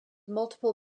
multiple